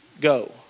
go